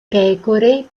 pecore